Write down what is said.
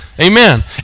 Amen